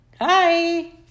hi